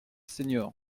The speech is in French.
seniors